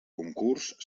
concurs